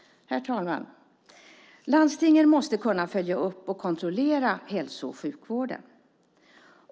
Herr talman! Landstingen måste kunna följa upp och kontrollera hälso och sjukvården.